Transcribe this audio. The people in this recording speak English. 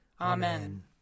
Amen